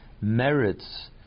merits